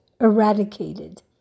eradicated